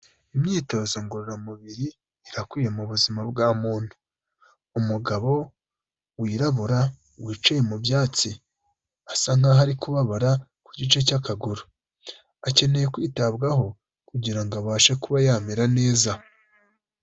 Imyitozo ngororamubiri irakwiye mu buzima bwa muntu, umugabo wirabura wicaye mu byatsi asa nkaho ari kubabara ku gice cy'akaguru akeneye kwitabwaho kugira abashe kuba yamera neza.